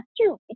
true